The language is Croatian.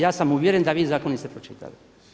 Ja sam uvjeren da vi zakon niste pročitali.